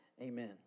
amen